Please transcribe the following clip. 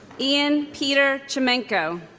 ian peter chimenko